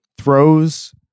Throws